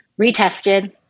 retested